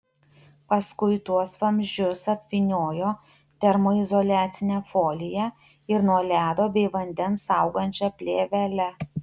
paskui tuos vamzdžius apvyniojo termoizoliacine folija ir nuo ledo bei vandens saugančia plėvele